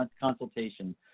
consultation